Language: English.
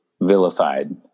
vilified